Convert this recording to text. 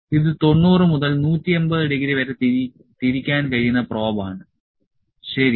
ഇത് 90 മുതൽ 180°വരെ തിരിക്കാൻ കഴിയുന്ന പ്രോബ് ആണ് ശരി